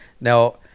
now